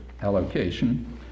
allocation